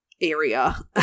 area